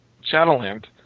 Shadowland